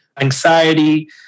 anxiety